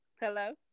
hello